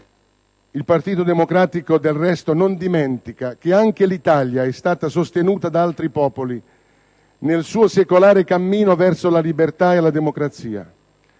Il Partito Democratico, del resto, non dimentica che anche l'Italia è stata sostenuta da altri popoli nel suo secolare cammino verso la libertà e la democrazia.